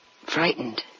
frightened